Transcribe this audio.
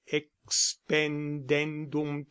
expendendum